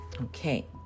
Okay